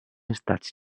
estats